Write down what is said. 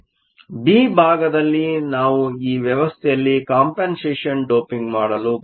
ಬಿಭಾಗದಲ್ಲಿ ನಾವು ಈ ವ್ಯವಸ್ಥೆಯಲ್ಲಿ ಕಂಪನ್ಸೇಷನ್ ಡೋಪಿಂಗ್ ಮಾಡಲು ಬಯಸುತ್ತೇವೆ